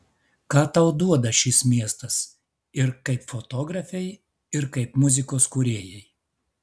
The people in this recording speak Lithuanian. ką tau duoda šis miestas ir kaip fotografei ir kaip muzikos kūrėjai